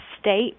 state